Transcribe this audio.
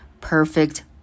perfect